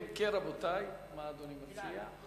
אם כן, רבותי, מה אדוני מציע?